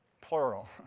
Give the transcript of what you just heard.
plural